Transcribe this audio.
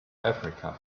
africa